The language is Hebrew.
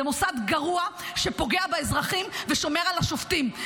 זה מוסד גרוע שפוגע באזרחים ושומר על השופטים.